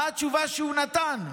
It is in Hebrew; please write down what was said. מה התשובה שהוא נתן?